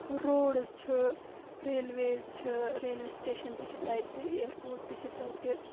roads چھِ railways چھِ railway station تہِ چھ تتہِ اِیر پورٹ تہِ چھِ تتہِ